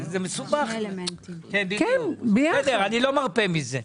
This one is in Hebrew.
אני לא מרפה מזה.